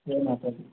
जय माता दी